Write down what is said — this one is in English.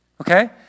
Okay